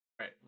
right